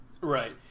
Right